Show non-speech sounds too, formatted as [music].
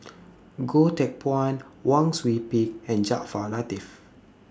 [noise] Goh Teck Phuan Wang Sui Pick and Jaafar Latiff